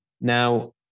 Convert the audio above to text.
Now